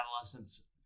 adolescence